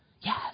Yes